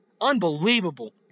unbelievable